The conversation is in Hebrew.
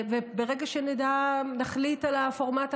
וברגע שנחליט על הפורמט,